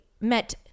met